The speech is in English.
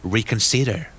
Reconsider